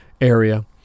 area